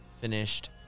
finished